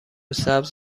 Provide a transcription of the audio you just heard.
سبز